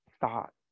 thought